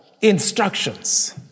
instructions